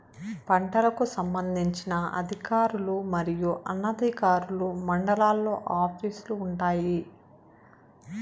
పంటలకు సంబంధించిన అధికారులు మరియు అనధికారులు మండలాల్లో ఆఫీస్ లు వుంటాయి?